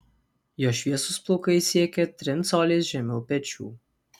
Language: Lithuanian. jo šviesūs plaukai siekia trim coliais žemiau pečių